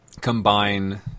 combine